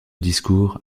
discours